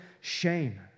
shame